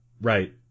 Right